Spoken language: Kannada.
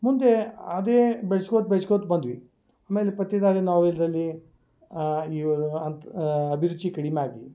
ಮುಂದೆ ಅದೇ ಬೆಳ್ಸ್ಕೊತ ಬೆಳ್ಸ್ಕೊತ ಬಂದ್ವಿ ಆಮೇಲೆ ಪತ್ತೇದಾರಿ ನಾವೆಲ್ನಲ್ಲಿ ಇವರು ಅಂತ ಅಭಿರುಚಿ ಕಡಿಮ್ಯಾಗಿ